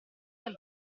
dal